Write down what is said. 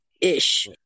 ish